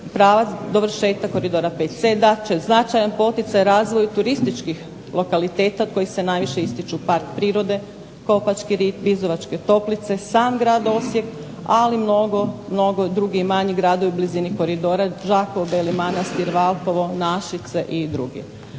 pravac, dovršetak Koridora VC dat će značajan poticaj u razvoju turističkih lokaliteta od kojih se najviše ističu park prirode Kopački rit, Bizovačke toplice, sam grad Osijek, ali mnogo, mnogo drugih i manjih gradova u blizini koridora Đakovo, Beli Manastir, Valpovo, Našice i drugi.